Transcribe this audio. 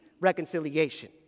reconciliation